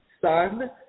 Sun